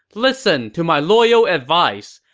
listen to my loyal advice.